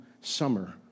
summer